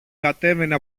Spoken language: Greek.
κατέβαινε